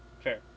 Fair